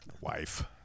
Wife